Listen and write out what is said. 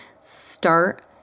start